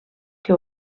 que